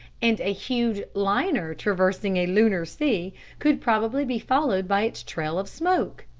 and a huge liner' traversing a lunar sea could probably be followed by its trail of smoke.